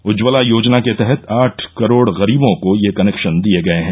उज्ज्वला योजना के तहत आठ करोड़ गरीबों को ये कनेक्शन दिए गए हैं